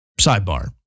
sidebar